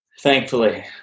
thankfully